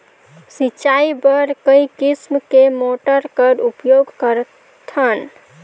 सिंचाई बर कई किसम के मोटर कर उपयोग करथन?